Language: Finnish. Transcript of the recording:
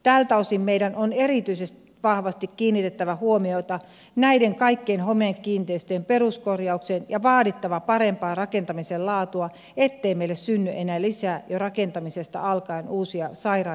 tältä osin meidän on erityisen vahvasti kiinnitettävä huomiota näiden kaikkien homekiinteistöjen peruskorjaukseen ja vaadittava parempaa rakentamisen laatua ettei meille synny enää lisää uusia jo rakentamisesta alkaen sairaita homekiinteistöjä